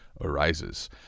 arises